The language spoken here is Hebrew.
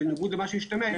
בניגוד למה שהשתמע,